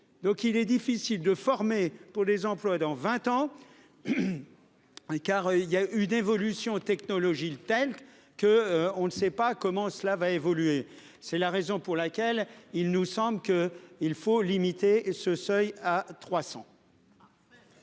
donc il est difficile de former pour les emplois dans 20 ans. Hein. Car il y a une évolution technologique telle que on ne sait pas comment cela va évoluer. C'est la raison pour laquelle il nous semble que il faut limiter ce seuil à 300.